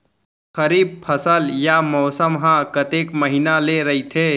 खरीफ फसल या मौसम हा कतेक महिना ले रहिथे?